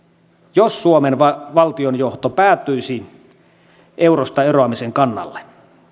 jos suomen valtionjohto päätyisi eurosta eroamisen kannalle